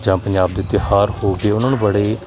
ਜਾਂ ਪੰਜਾਬ ਦੇ ਤਿਉਹਾਰ ਹੋ ਗਏ ਉਹਨਾਂ ਨੂੰ ਬੜੇ